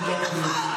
לביטחון,